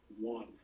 one